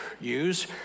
use